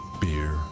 beer